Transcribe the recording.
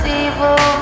evil